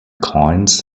coins